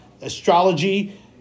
astrology